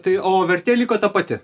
tai o vertė liko ta pati